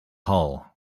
hull